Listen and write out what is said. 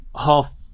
half